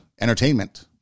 entertainment